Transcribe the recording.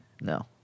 No